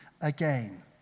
Again